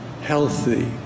healthy